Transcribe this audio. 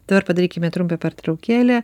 dabar padarykime trumpą pertraukėlę